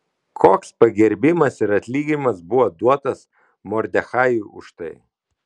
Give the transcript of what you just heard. koks pagerbimas ir atlyginimas buvo duotas mordechajui už tai